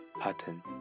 pattern